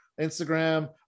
Instagram